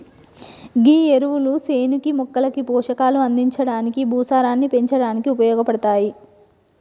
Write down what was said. గీ ఎరువులు సేనుకి మొక్కలకి పోషకాలు అందించడానికి, భూసారాన్ని పెంచడానికి ఉపయోగపడతాయి